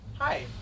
Hi